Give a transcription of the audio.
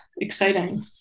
exciting